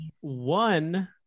One